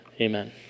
Amen